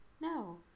No